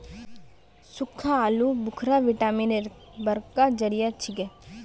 सुक्खा आलू बुखारा विटामिन एर बड़का जरिया छिके